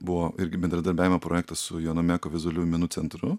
buvo irgi bendradarbiavimo projektas su jono meko vizualiųjų menų centru